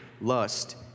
lust